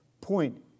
point